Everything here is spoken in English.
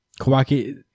kawaki